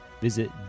visit